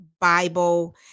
Bible